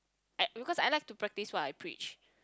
act because I like to practice what I preach